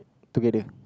together